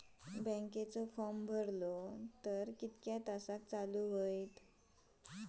बँकेचो फार्म भरलो तर किती तासाक चालू होईत?